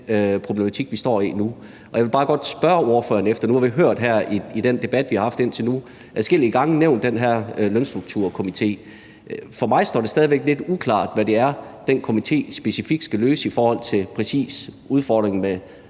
problematik, vi står i nu. Jeg vil bare godt stille ordføreren et spørgsmål, efter at vi i den debat, vi har haft indtil nu, adskillige gange har hørt lønstrukturkomitéen nævnt. For mig står det stadig væk lidt uklart, hvad det er, den komité specifikt skal løse i forhold til præcis udfordringen med